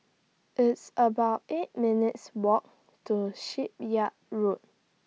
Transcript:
It's about eight minutes' Walk to Shipyard Road